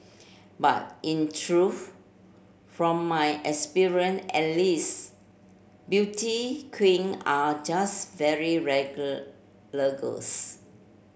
but in truth from my experience at least beauty queen are just very regular girls